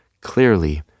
Clearly